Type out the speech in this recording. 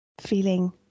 feeling